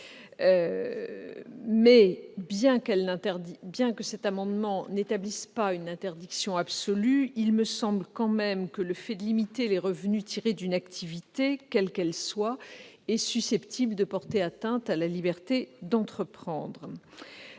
l'indemnité parlementaire, n'établit pas une interdiction absolue, mais, malgré cela, le fait de limiter les revenus tirés d'une activité, quelle qu'elle soit, est susceptible de porter atteinte à la liberté d'entreprendre.